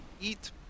eat